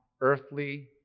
earthly